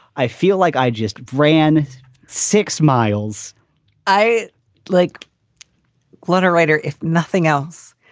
i feel like i just ran six miles i like clutter writer, if nothing else.